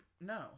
No